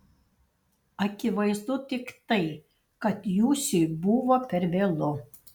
akivaizdu tik tai kad jusiui buvo per vėlu